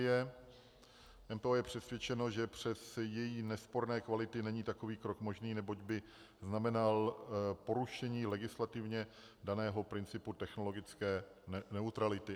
MPO je přesvědčeno, že přes její nesporné kvality není takový krok možný, neboť by znamenal porušení legislativně daného principu technologické neutrality.